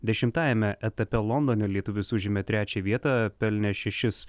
dešimtajame etape londone lietuvis užėmė trečią vietą pelnė šešis